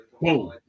Boom